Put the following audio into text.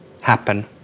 happen